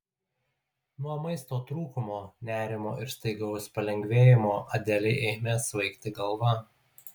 nuo maisto trūkumo nerimo ir staigaus palengvėjimo adelei ėmė svaigti galva